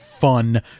fun